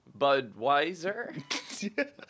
Budweiser